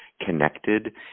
connected